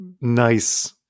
nice